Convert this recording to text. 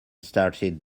started